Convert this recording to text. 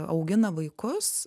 augina vaikus